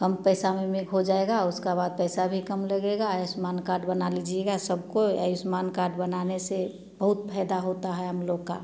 कम पैसा में में हो जाएगा उसका बाद पैसा भी कम लगेगा आयुष्मान कार्ड बना लीजिएगा सबको आयुष्मान कार्ड बनाने से बहुत फयदा होता है हम लोग का